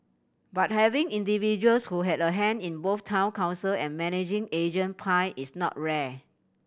but having individuals who have a hand in both Town Council and managing agent pie is not rare